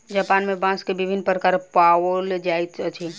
Japan में बांस के विभिन्न प्रकार पाओल जाइत अछि